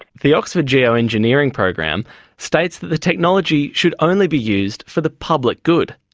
the oxford geo-engineering program states that the technology should only be used for the public good.